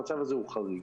המצב הזה הוא חריג.